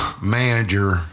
manager